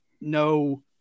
no